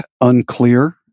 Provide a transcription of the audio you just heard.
unclear